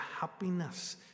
happiness